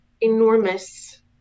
enormous